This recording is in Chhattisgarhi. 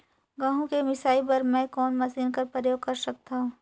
गहूं के मिसाई बर मै कोन मशीन कर प्रयोग कर सकधव?